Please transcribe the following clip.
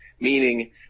meaning